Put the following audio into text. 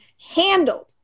handled